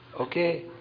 Okay